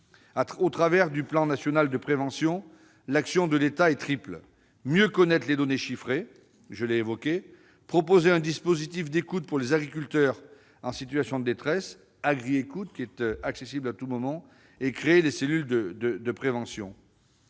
au travers du plan national de prévention. Notre action est triple : mieux connaître les données chiffrées ; proposer un dispositif d'écoute pour les agriculteurs en situation de détresse, à savoir Agri'écoute, qui est accessible à tout moment ; créer des cellules de prévention.